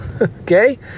okay